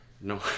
no